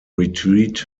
retreat